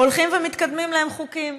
הולכים ומתקדמים להם חוקים.